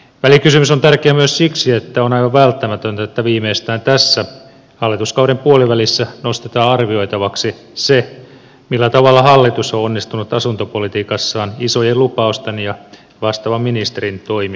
välikysymys on tärkeä myös siksi että on aivan välttämätöntä että viimeistään tässä hallituskauden puolivälissä nostetaan arvioitavaksi se millä tavalla hallitus on onnistunut asuntopolitiikassaan isojen lupausten ja vastaavan ministerin toimien osalta